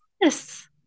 Yes